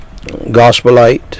Gospelite